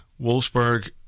Wolfsburg